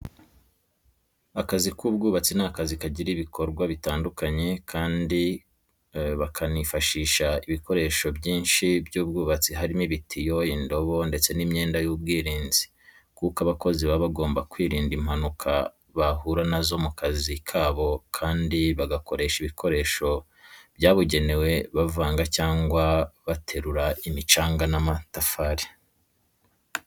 Akazi k'ubwubatsi ni akazi kagira ibikorwa bitandukanye kandi bakanifashisha ibikoresho byinshi by'ubwubatsi harimo ibitiyo, indobo, ndetse n'imyenda y'ubwirinzi kuko abakozi baba bagomba kwirinda impanuka bahura na zo mu kazi kabo kandi bagakoresha ibikoresho byabugenewe bavanga cyangwa baterura imicanga n'amatafari.